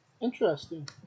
interesting